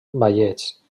ballets